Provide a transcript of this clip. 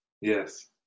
Yes